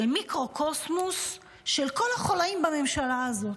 מיקרוקוסמוס של כל החוליים בממשלה הזאת.